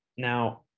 Now